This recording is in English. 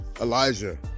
Elijah